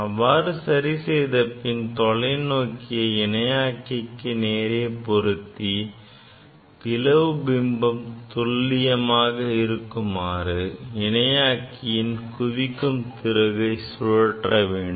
இவ்வாறு சரி செய்த பின் தொலைநோக்கியை இணையாக்கிக்கு நேராக பொருத்தி பிளவு பிம்பம் துல்லியமாக இருக்குமாறு இணையாக்கியின் குவிக்கும் திருகை சுழற்றி சரி செய்ய வேண்டும்